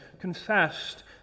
confessed